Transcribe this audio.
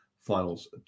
finals